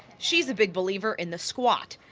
she is a big believer in the squat,